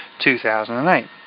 2008